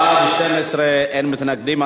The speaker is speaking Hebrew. בעד, 12, אין מתנגדים.